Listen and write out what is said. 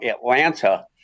Atlanta